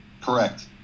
Correct